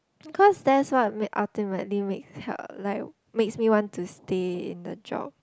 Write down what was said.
cause that's what make ultimately makes help like makes me want to stay in the job